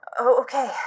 Okay